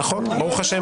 נכון, ברוך השם.